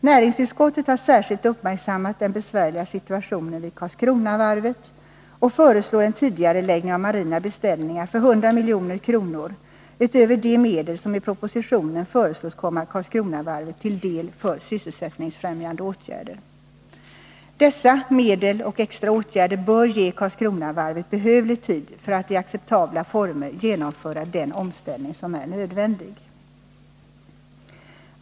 Näringsutskottet har särskilt uppmärksammat den besvärliga situationen vid Karlskronavarvet och föreslår en tidigareläggning av marina beställningar för 100 milj.kr. utöver de medel som i propositionen föreslås komma Karlskronavarvet till del för sysselsättningsfrämjande åtgärder. Dessa medel och extra åtgärder bör ge Karlskronavarvet behövlig tid för att i acceptabla former genomföra den omställning som är nödvändig.